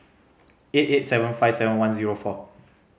eight eight seven five seven one zero four